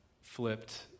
flipped